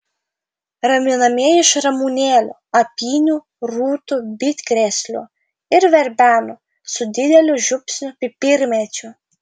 raminamieji iš ramunėlių apynių rūtų bitkrėslių ir verbenų su dideliu žiupsniu pipirmėčių